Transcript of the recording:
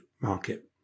market